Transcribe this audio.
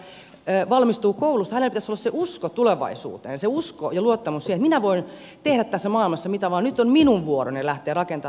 meidän pitäisi saada jokainen nuori joka valmistuu koulusta hänellä pitäisi olla se usko tulevaisuuteen se usko ja luottamus siihen että minä voin tehdä tässä maailmassa mitä vaan nyt on minun vuoroni lähteä rakentamaan tätä elämää